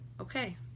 okay